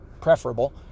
preferable